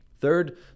Third